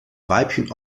weibchen